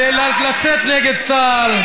לצאת נגד צה"ל.